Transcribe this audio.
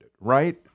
Right